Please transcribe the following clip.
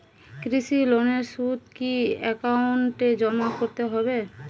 কৃষি লোনের সুদ কি একাউন্টে জমা করতে হবে?